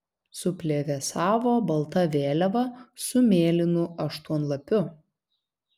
suplevėsavo balta vėliava su mėlynu aštuonlapiu